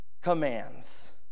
commands